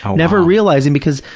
um never realizing because,